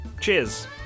cheers